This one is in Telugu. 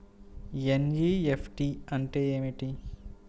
ఎన్.ఈ.ఎఫ్.టీ అంటే ఏమిటీ?